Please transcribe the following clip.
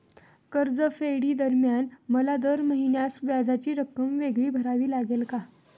कर्जफेडीदरम्यान मला दर महिन्यास व्याजाची रक्कम वेगळी भरावी लागेल का?